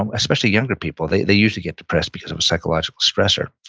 um especially younger people? they they usually get depressed because of a psychological stressor,